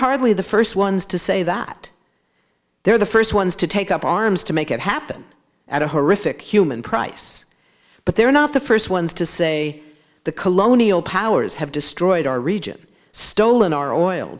hardly the first ones to say that they're the first ones to take up arms to make it happen at a horrific human price but they're not the first ones to say the colonial powers have destroyed our region stolen our oil